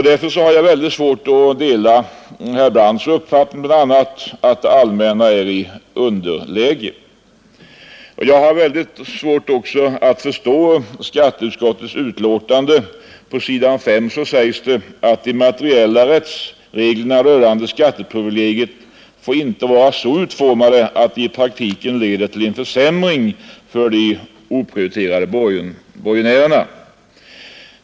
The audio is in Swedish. Därför har jag svårt att dela herr Brandts uppfattning, bl.a. om att det allmänna är i underläge. Jag har också svårt att förstå skatteutskottets betänkande. På s. 5 sägs det: ”De materiella rättsreglerna rörande skatteprivilegiet får emellertid inte vara så utformade, att de i praktiken leder till en försämring för de oprioriterade borgenärerna.